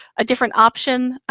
a different option.